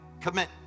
Commit